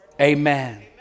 amen